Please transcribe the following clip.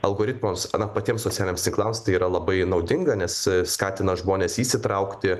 algoritmams na patiems socialiniams tinklams tai yra labai naudinga nes skatina žmones įsitraukti